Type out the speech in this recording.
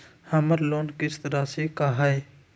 हमर लोन किस्त राशि का हई?